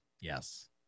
Yes